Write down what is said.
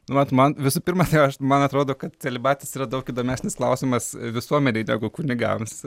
vat man visų pirma aš man atrodo kad celibatas yra daug įdomesnis klausimas visuomenei negu kunigams